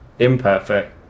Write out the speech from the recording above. Imperfect